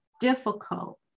difficult